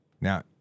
Now